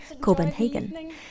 Copenhagen